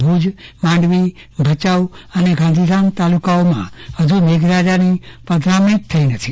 ભુજ માંડવી ભચાઉ અને ગાંધીધામ તાલુકામાં હજી મેઘરાજાની પધરામણી થઈ નથી